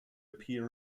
appear